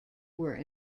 were